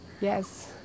Yes